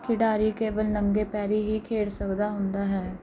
ਖਿਡਾਰੀ ਕੇਵਲ ਨੰਗੇ ਪੈਰੀ ਹੀ ਖੇਡ ਸਕਦਾ ਹੁੰਦਾ ਹੈ